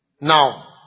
Now